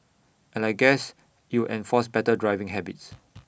and I guess IT would enforce better driving habits